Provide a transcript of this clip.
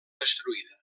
destruïda